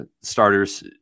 starters